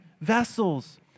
vessels